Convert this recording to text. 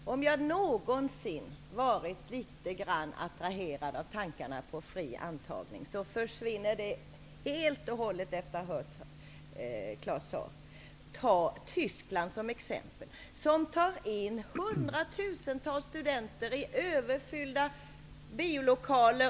Herr talman! Om jag någonsin har varit litet grand attraherad av tankarna på fri antagning, så har de försvunnit helt och hållet efter att jag har hört Claus Zaars inlägg. Ta Tyskland som exempel, sade han. I Tyskland tar man in hundratusentals studenter i överfyllda biolokaler.